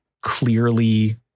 clearly